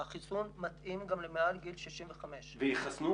החיסון מתאים גם למעל גיל 65. וייחסנו?